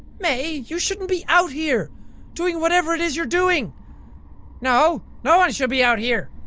mae, you shouldn't be out here doing whatever it is you're doing no! no one should be out here!